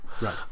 right